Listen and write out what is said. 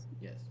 yes